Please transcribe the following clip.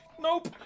nope